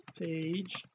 page